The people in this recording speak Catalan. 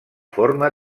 forma